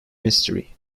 mystery